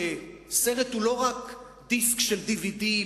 סרט הוא לא רק דיסק של די.וי.די.